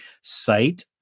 site